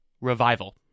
Revival